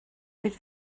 could